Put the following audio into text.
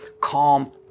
calm